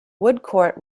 woodcourt